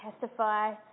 testify